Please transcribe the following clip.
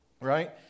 right